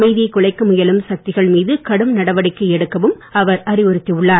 அமைதியை குலைக்க முயலும் சக்திகள் மீது கடும் நடவடிக்கை எடுக்கவும் அவர் அறிவுறுத்தி உள்ளார்